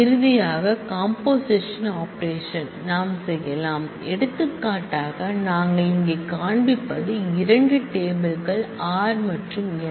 இறுதியாக composition operation நாம் செய்யலாம் எடுத்துக்காட்டாக நாங்கள் இங்கே காண்பிப்பது இரண்டு டேபிள் கள் r மற்றும் s